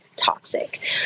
Toxic